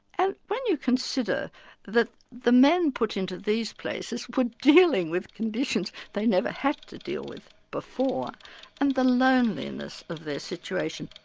and when you consider that the men put into these places were dealing with conditions they never had to deal with before and the loneliness of their situation.